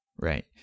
Right